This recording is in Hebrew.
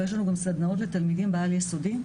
ויש לנו גם סדנאות לתלמידים בעל יסודי.